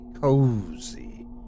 cozy